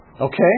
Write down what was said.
okay